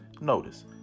Notice